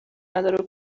نداره